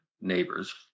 neighbors